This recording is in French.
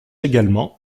également